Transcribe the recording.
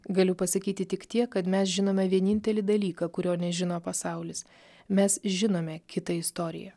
galiu pasakyti tik tiek kad mes žinome vienintelį dalyką kurio nežino pasaulis mes žinome kitą istoriją